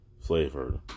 Flavored